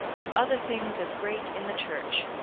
if other things as great in the church,